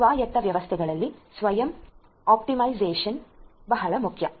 ಸ್ವಾಯತ್ತ ವ್ಯವಸ್ಥೆಗಳಲ್ಲಿ ಸ್ವಯಂ ಆಪ್ಟಿಮೈಸೇಶನ್ ಬಹಳ ಮುಖ್ಯ